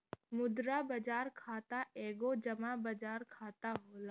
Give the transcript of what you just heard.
मुद्रा बाजार खाता एगो जमा बाजार खाता होला